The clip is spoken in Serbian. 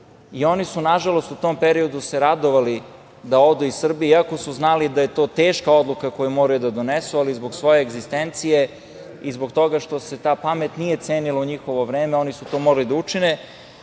Ono su, nažalost, u tom periodu se radovali da odu iz Srbije, iako su znali da je to teška odluka koju moraju da donesu, ali zbog svoje egzistencije i zbog toga što se ta pamet nije cenila u njihovo vreme oni su to morali da učini. Eto,